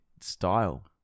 style